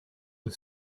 the